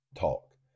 talk